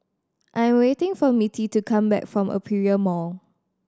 I'm waiting for Mittie to come back from Aperia Mall